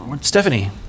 stephanie